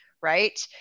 right